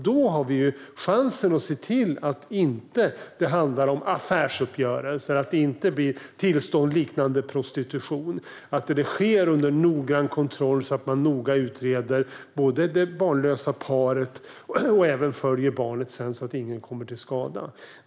Då har vi chansen att se till att det inte ska handla om affärsuppgörelser eller tillstånd liknande prostitution, utan det ska ske under noggrann kontroll, där man noga både utreder det barnlösa paret och följer barnet sedan, så att ingen kommer till skada.